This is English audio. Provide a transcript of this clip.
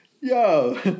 Yo